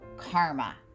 Karma